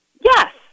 Yes